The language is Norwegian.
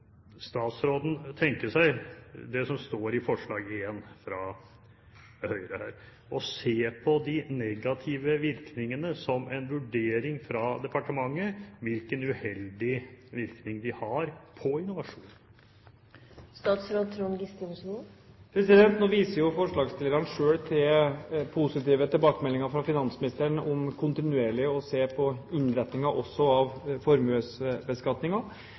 statsråden tenke seg, som en vurdering fra departementet, å se på det som står i representantforslaget fra Fremskrittspartiet og Høyre, hvilken uheldig, negativ virkning den har på innovasjon? Nå viser jo forslagsstillerne selv til positive tilbakemeldinger fra finansministeren om kontinuerlig å se på innretninger også av